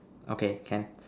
okay can